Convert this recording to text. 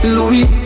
Louis